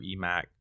EMAC